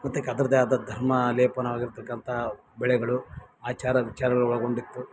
ಅದರದೇ ಆದ ಧರ್ಮ ಲೇಪನವಾಗಿರ್ತಕ್ಕಂಥ ಬೆಳೆಗಳು ಆಚಾರ ವಿಚಾರಗಳೊಳಗೊಂಡಿತ್ತು